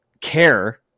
care